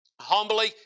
Humbly